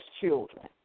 children